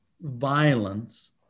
violence